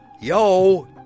yo